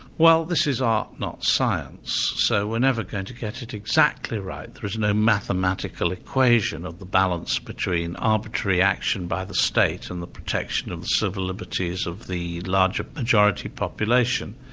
well this is um not science, so we're never going to get it exactly right, there's no mathematical equation of the balance between arbitrary action by the state and the protection of the civil liberties of the larger majority population.